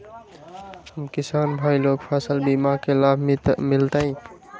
हम किसान भाई लोग फसल बीमा के लाभ मिलतई?